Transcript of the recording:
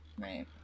right